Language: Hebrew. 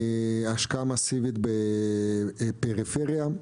השקעה מאסיבית בפריפריה,